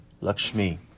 Lakshmi